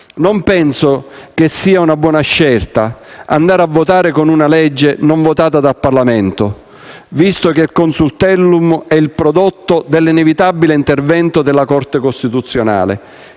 Non penso che sia una buona scelta andare a votare con una legge non votata dal Parlamento, visto che il Consultellum è il prodotto dell'inevitabile intervento della Corte costituzionale.